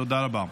תודה רבה.